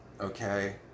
Okay